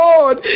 Lord